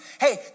Hey